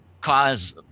cause